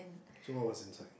so what was inside